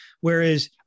Whereas